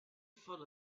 felt